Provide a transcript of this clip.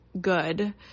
good